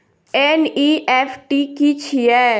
NEFT की छीयै?